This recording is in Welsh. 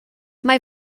mae